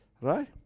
Right